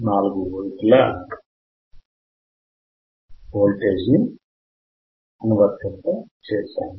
4 వోల్టుల వోల్టేజ్ ని అనువర్తింపచేశాము